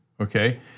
Okay